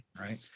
right